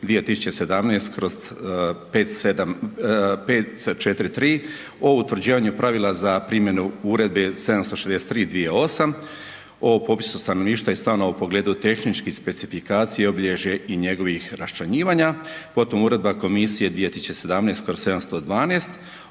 2017/543 o utvrđivanju pravila za primjenu Uredbe 763/2008 o popisu stanovništva i stanova u pogledu tehničkih specifikacija i obilježje i njegovih raščlanjivanja, potom Uredba komisije 2017/712